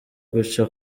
guca